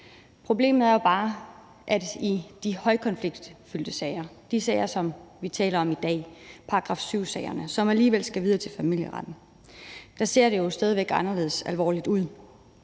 Problemet er jo bare, at i højkonfliktsagerne, de sager, som vi taler om i dag, § 7-sagerne, som alligevel skal videre til familieretten, ser det jo stadig væk anderledes alvorligt ud.